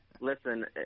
listen